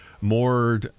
more